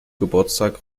geburtstag